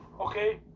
Okay